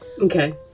Okay